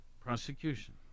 prosecution